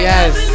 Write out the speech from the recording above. Yes